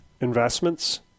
investments